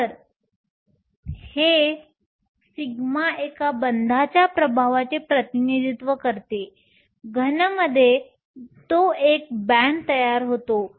तर येथे हे σ एका बंधाच्या प्रभावाचे प्रतिनिधित्व करते घन मध्ये तो एक बॅण्ड तयार होतो